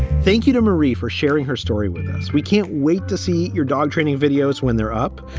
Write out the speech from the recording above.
thank you to marie for sharing her story with us. we can't wait to see your dog training videos when they're up.